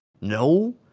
No